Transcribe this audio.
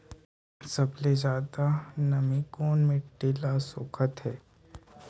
सबले ज्यादा नमी कोन मिट्टी ल सोखत हे?